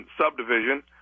subdivision